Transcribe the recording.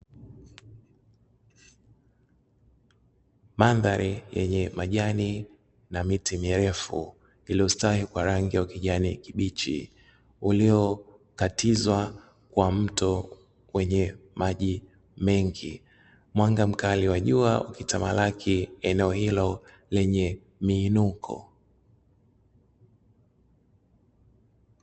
Madhari yenye majani na miti mirefu iliyostawi kwa rangi ya kijani kibichi, uliokatizwa kwa mto wenye maji mengi, mwanga mkali wa jua ukitamalaki eneo hilo lenye miinuko.